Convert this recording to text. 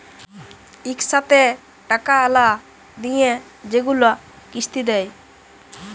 ইকসাথে টাকা লা দিঁয়ে যেগুলা কিস্তি দেয়